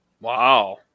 Wow